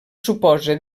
suposa